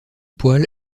poil